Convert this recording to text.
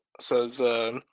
says